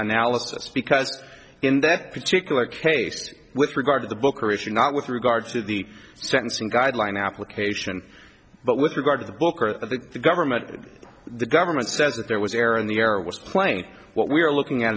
analysis because in that particular case with regard to the book or if you're not with regard to the sentencing guideline application but with regard to the book or the government the government says that there was air in the air was playing what we're looking at